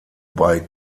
bei